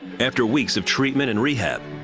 after weeks of treatment and rehab,